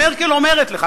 מרקל אומרת לך,